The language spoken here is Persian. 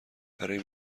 برای